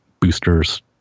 boosters